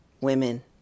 women